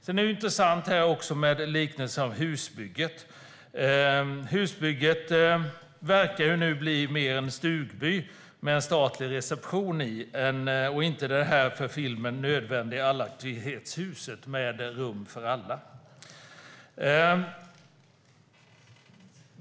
Sedan är det intressant med liknelsen med husbygget. Husbygget verkar nu mer bli en stugby med en statlig reception och utan det för filmen nödvändiga allaktivitetshuset med rum för alla.